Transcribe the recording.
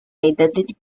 identity